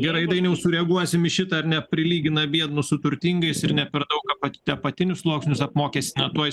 gerai dainiau sureaguosim į šitą ar ne prilygina biednus su turtingais ir ne per daug apate apatinius sluoksnius apmokestina tuoj